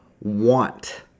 want